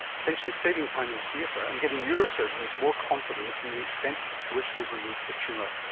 potentially saving time in theatre and giving neurosurgeons more confidence in the extent to which they've removed the tumour.